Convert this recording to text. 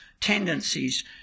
tendencies